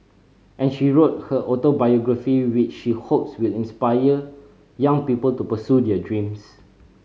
and she wrote her autobiography which he hopes will inspire young people to pursue their dreams